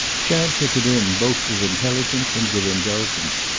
chad took it in both with intelligence and with indulgence.